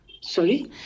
Sorry